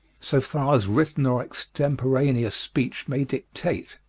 so far as written or extemporaneous speech may dictate.